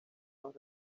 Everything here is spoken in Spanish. los